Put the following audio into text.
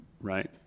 right